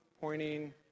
pointing